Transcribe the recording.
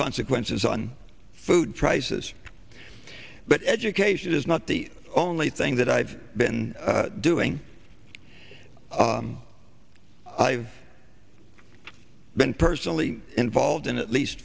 consequences on food prices but education is not the only thing that i've been doing i've been personally involved in at least